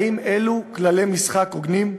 האם כללי המשחק האלה הוגנים?